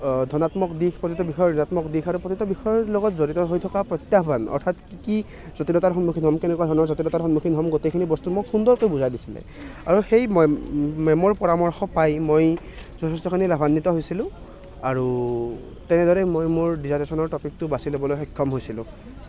ধনাত্মক দিশ প্ৰতিটো বিষয়ৰ ঋনাত্মক দিশ আৰু প্ৰতিটো বিষয়ৰ লগত জড়িত হৈ থকা প্ৰত্যাহ্বান অৰ্থাৎ কি কি জটিলতাৰ সন্মুখীন হ'ম কেনেকুৱা ধৰণৰ জটিলতাৰ সন্মুখীন হ'ম গোটেইখিনি বস্তু মোক সুন্দৰকৈ বুজাই দিছিলে আৰু সেই মেমৰ পৰামৰ্শ পাই মই যথেষ্টখিনি লাভান্বিত হৈছিলোঁ আৰু তেনেদৰে মই মোৰ ডিজাৰটেশ্যনৰ টপিকটো বাচি ল'বলৈ সক্ষম হৈছিলোঁ